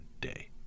day